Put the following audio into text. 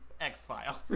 X-Files